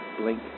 Blink